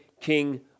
king